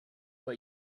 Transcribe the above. but